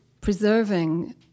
preserving